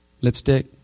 Lipstick